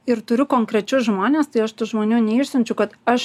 ir turiu konkrečius žmones tai aš tų žmonių neišsiunčiu kad aš